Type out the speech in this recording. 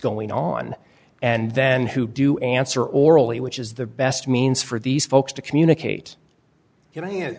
going on and then who do answer orally which is the best means for these folks to communicate